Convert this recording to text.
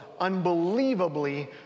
unbelievably